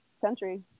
country